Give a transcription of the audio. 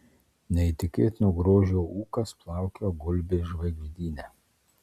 neįtikėtino grožio ūkas plaukioja gulbės žvaigždyne